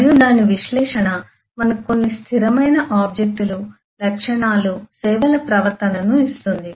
మరియు దాని విశ్లేషణ మనకు కొన్ని స్థిరమైన ఆబ్జెక్ట్ లు లక్షణాలు సేవల ప్రవర్తనను ఇస్తుంది